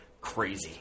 Crazy